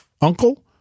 uncle